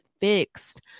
fixed